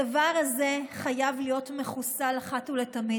הדבר הזה חייב להיות מחוסל אחת ולתמיד.